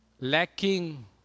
lacking